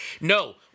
No